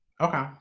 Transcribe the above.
Okay